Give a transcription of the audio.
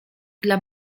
dla